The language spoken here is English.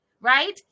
right